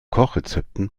kochrezepten